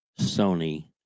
Sony